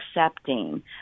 accepting